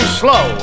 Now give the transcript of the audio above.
slow